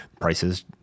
prices